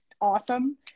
awesome